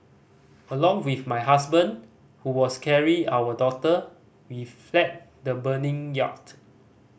along with my husband who was carrying our daughter we fled the burning yacht